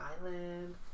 Island